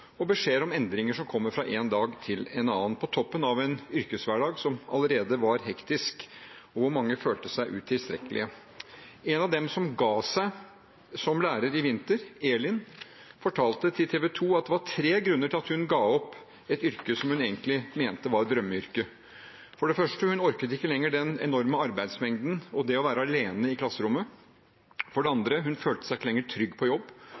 og beskjeder om endringer som kommer fra en dag til en annen – på toppen av en yrkeshverdag som allerede var hektisk, og hvor mange følte seg utilstrekkelige. En av dem som ga seg som lærer i vinter, Elin, fortalte til TV 2 at det var tre grunner til at hun ga opp et yrke hun egentlig mente var drømmeyrket. For det første: Hun orket ikke lenger den enorme arbeidsmengden og det å være alene i klasserommet. For det andre følte hun seg ikke lenger trygg på jobb,